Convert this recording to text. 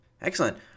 Excellent